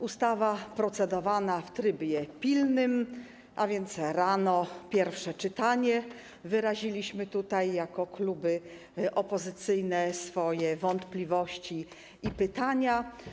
Ustawa jest procedowana w trybie pilnym, a więc rano - pierwsze czytanie, wyraziliśmy jako kluby opozycyjne swoje wątpliwości i pytania.